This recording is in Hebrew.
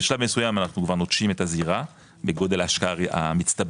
ובשלב מסוים אנחנו כבר נוטשים את הזירה בגודל ההשקעה המצטברת,